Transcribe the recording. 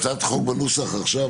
הצעת החוק בנוסח עכשיו,